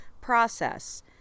process